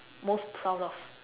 most proud of